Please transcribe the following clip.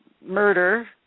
murder